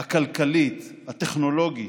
הכלכלית, הטכנולוגית.